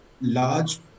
large